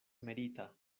merita